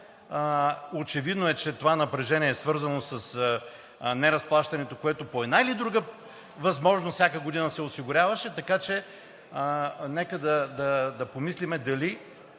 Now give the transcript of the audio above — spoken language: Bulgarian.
Очевидно е, че това напрежение е свързано с неразплащането, което по една или друга възможност всяка година се осигуряваше, така че нека да помислим дали